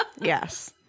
Yes